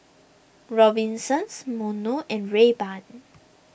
Robinsons Monto and Rayban